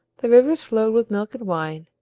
the rivers flowed with milk and wine,